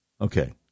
Okay